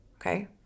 Okay